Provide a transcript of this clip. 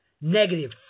Negative